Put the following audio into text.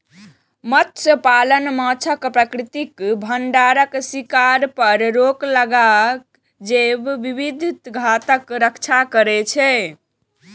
मत्स्यपालन माछक प्राकृतिक भंडारक शिकार पर रोक लगाके जैव विविधताक रक्षा करै छै